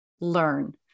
learn